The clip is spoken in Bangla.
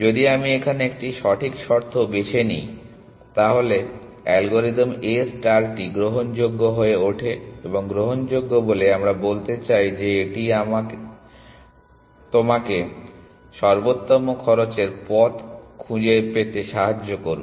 যদি আমি এখানে একটি সঠিক শর্ত বেছে নিই তাহলে অ্যালগরিদম A স্টারটি গ্রহণযোগ্য হয়ে ওঠে এবং গ্রহণযোগ্য বলে আমরা বলতে চাই যে এটি আপনাকে সর্বোত্তম খরচের পথ খুঁজে পাবে